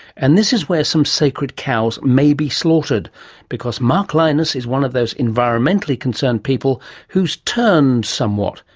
and this is where some sacred cows may be slaughtered because mark lynas is one of those environmentally concerned people who has turned somewhat,